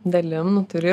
dalim nu turi